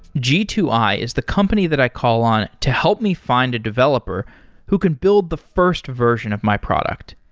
g two i is the company that i call on to help me find a developer who can build the first version of my product.